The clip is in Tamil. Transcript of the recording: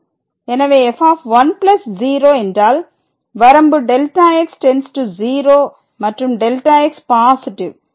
எனவே f10 என்றால் வரம்பு Δx→0 மற்றும் Δx பாசிட்டிவ்